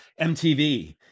MTV